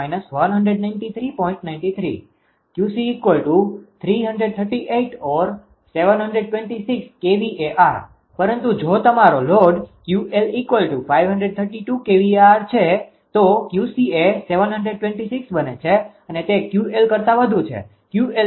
93 𝑄𝐶 338 or 726 kVAr પરંતુ જો તમારો લોડ 𝑄𝑙532kVAr છે તો 𝑄𝐶 એ 726 બને છે અને તે 𝑄𝑙 કરતા વધુ છે